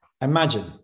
Imagine